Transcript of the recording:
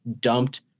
dumped